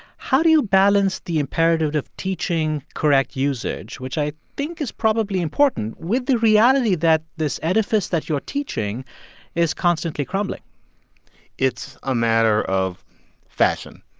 how do you balance the imperative of teaching correct usage? which i think is probably important with the reality that this edifice that you're teaching is constantly crumbling it's a matter of fashion,